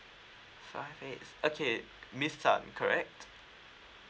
five X okay miss tan correct